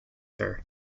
her